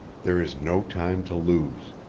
there is no time to lose.